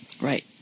Right